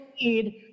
need